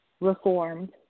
reformed